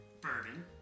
bourbon